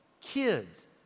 kids